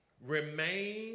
Remain